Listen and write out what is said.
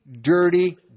dirty